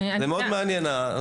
הסוגייה הזאת מאוד מעניינת.